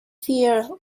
fear